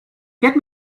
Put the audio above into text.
get